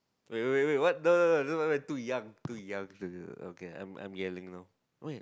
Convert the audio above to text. wait wait wait wait what no no no am I too young too young okay okay I am yelling now